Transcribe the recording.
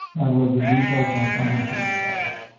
and was the default one coming from the browser.